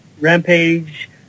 Rampage